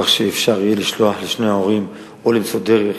כך שאפשר יהיה לשלוח לשני ההורים או למצוא דרך